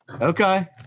Okay